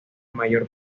mayor